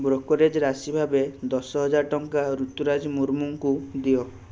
brokerage ରାଶି ଭାବେ ଦଶହଜାର ଟଙ୍କା ରୁତୁରାଜ ମୁର୍ମୁଙ୍କୁ ଦିଅ